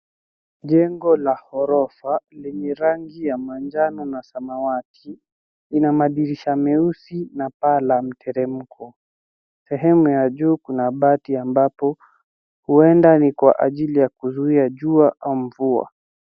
Jengo la ghorofa lenye rangi ya manjano na samawati ina madirisha meusi na paa la mteremko. Sehemu ya juu kuna bati ambapo huenda ni kwa ajili ya kuzuia jua au mvua.